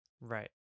Right